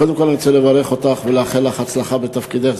קודם כול אני רוצה לברך אותך ולאחל לך הצלחה בתפקידך,